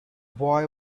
boy